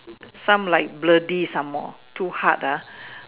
some like bloody some more too hard ah